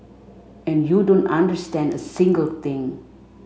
and you don't understand a single thing